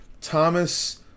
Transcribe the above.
Thomas